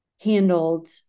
handled